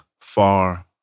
far